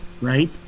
right